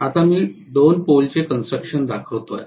आता मी २ पोल चे कंस्ट्रक्शन दाखवतो आहे